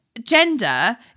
gender